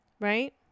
right